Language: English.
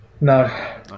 No